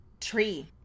Tree